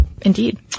Indeed